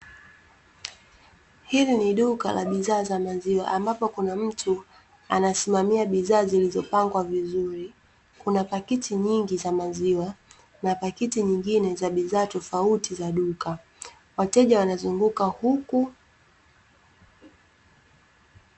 Hili ni duka la bidhaa za maziwa ambapo kuna mtu anasimamia bidhaa zilizopangwa vizuri. Kuna pakiti nyingi za maziwa na pakiti nyingine za bidhaa tofauti za duka. Wateja wanazunguka huku.